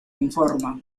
informa